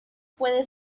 puede